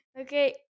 Okay